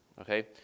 okay